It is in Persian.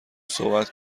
صحبت